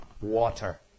water